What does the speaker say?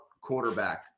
quarterback